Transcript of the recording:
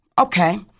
Okay